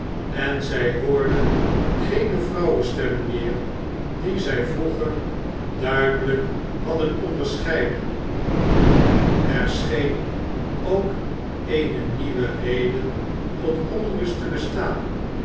en zij hoorden geene vrouwenstemmen meer die zij vroeger duidelijk hadden onderscheiden er scheen k eene nieuwe reden tot onrust te bestaan